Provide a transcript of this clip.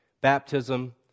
baptism